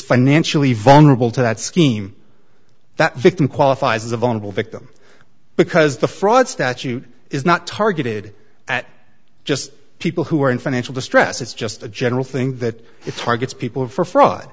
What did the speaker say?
financially vulnerable to that scheme that victim qualifies as a vulnerable victim because the fraud statute is not targeted at just people who are in financial distress it's just a general thing that it's targets people for fraud